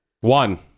One